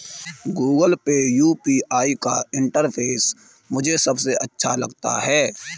Google Pay UPI का interface मुझे सबसे अच्छा लगता है